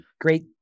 great